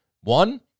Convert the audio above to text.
One